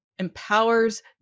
empowers